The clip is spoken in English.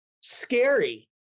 scary